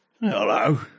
Hello